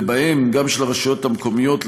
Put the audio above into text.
ובהם גם של הרשויות המקומיות,